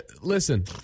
Listen